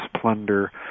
plunder